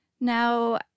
Now